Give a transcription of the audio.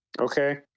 Okay